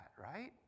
right